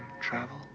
travel